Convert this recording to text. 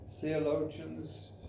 theologians